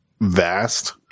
vast